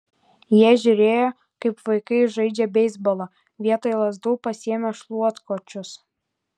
jie žiūrėjo kaip vaikai žaidžia beisbolą vietoj lazdų pasiėmę šluotkočius